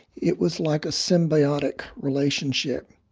it was like a symbiotic relationship.